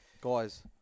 guys